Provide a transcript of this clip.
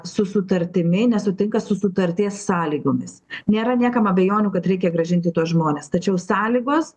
su sutartimi nesutinka su sutarties sąlygomis nėra niekam abejonių kad reikia grąžinti tuos žmones tačiau sąlygos